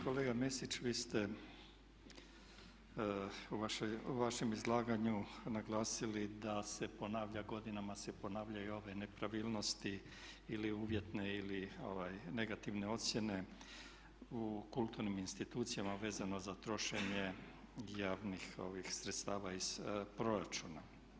Kolega Mesić vi ste u vašem izlaganju naglasili da se ponavljaju godinama ove nepravilnosti ili uvjetne ili negativne ocjene u kulturnim institucijama vezano za trošenje javnih sredstava iz proračuna.